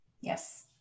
Yes